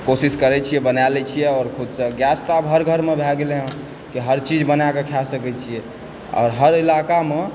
कोशिश करय छी बना खुदसँ गैस तऽ अब हर घरमे भए गेलय हँ कि हर चीज बनाके खाय सकय छियै आओर हर इलाकामऽ